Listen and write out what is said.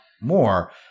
more